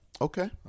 Okay